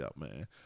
man